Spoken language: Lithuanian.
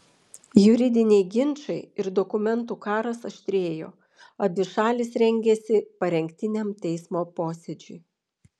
juridiniai ginčai ir dokumentų karas aštrėjo abi šalys rengėsi parengtiniam teismo posėdžiui